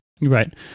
Right